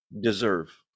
deserve